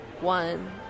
one